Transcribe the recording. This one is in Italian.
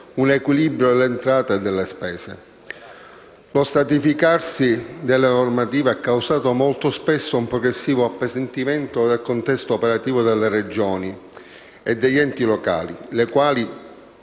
un equilibrio delle entrate e delle spese. Lo stratificarsi delle normative ha causato molto spesso un progressivo appesantimento del contesto operativo delle Regioni e degli enti locali, privandoli